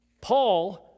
Paul